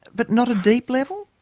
but not a deep level?